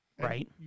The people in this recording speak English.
Right